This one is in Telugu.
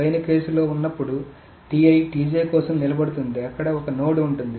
పైన కేసు లో ఉన్నప్పుడు కోసం నిలబడుతుంది అక్కడ ఒక నోడ్ ఉంటుంది